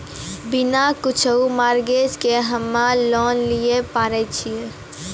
बिना कुछो मॉर्गेज के हम्मय लोन लिये पारे छियै?